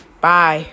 Bye